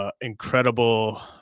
incredible